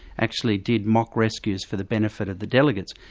actually did mock rescues for the benefit of the delegates.